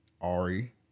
Ari